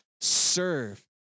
serve